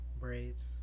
Braids